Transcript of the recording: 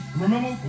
Remember